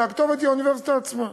אלא הכתובת היא האוניברסיטה עצמה.